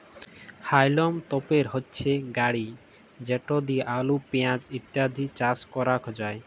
হাউলম তপের হচ্যে গাড়ি যেট লিয়ে আলু, পেঁয়াজ ইত্যাদি চাস ক্যরাক যায়